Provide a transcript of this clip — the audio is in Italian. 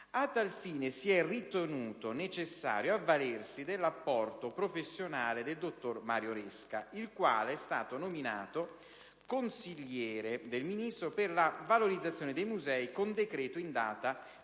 A tal fine, si è ritenuto necessario avvalersi dell'apporto professionale del dottor Mario Resca, il quale è stato nominato consigliere del Ministro per la valorizzazione dei musei, con decreto in data